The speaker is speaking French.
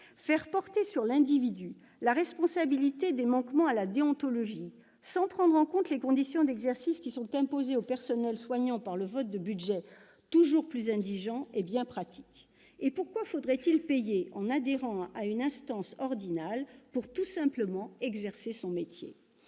Faire porter sur l'individu la responsabilité des manquements à la déontologie sans prendre en compte les conditions d'exercice qui sont imposées aux personnels soignants par le vote de budgets toujours plus indigents est bien pratique. Et pourquoi faudrait-il payer en adhérant à une instance ordinale pour, tout simplement, exercer son métier ?